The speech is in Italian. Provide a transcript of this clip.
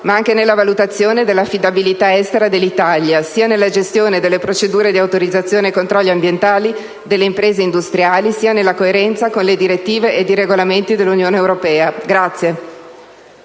ma anche nella valutazione dell'affidabilità estera dell'Italia, sia nella gestione delle procedure di autorizzazione e controlli ambientali delle imprese industriali, sia nella coerenza con le direttive ed i regolamenti dell'Unione europea.